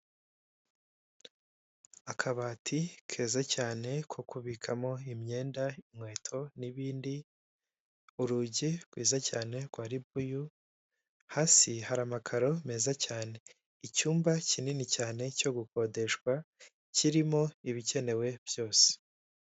Akabati keza cyane ko kubikamo imyenda inkweto, n'ibindi urugi rwiza cyane kwa ribuyu hasi hari amakaro meza cyane icyumba kinini cyane cyo gukodeshwa kirimo ibikenewe byose.